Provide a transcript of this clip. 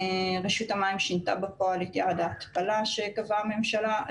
רשות המים שינתה בפועל את יעד ההתפלה שקבעה הממשלה.